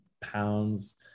pounds